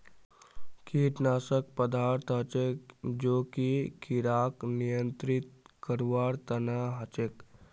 कीटनाशक पदार्थ हछेक जो कि किड़ाक नियंत्रित करवार तना हछेक